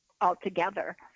altogether